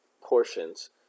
portions